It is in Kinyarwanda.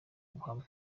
ubuhamya